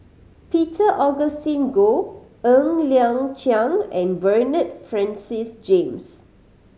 Peter Augustine Goh Ng Liang Chiang and Bernard Francis James